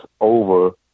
over